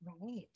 Right